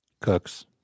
Cooks